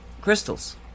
crystals